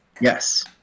Yes